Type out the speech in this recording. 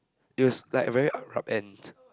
it was like a very abrupt end